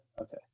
Okay